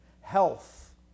health